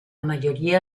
mayoría